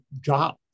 job